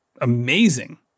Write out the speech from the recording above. amazing